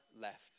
left